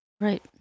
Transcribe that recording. Right